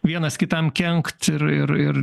vienas kitam kenkt ir ir ir